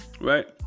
right